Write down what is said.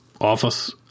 office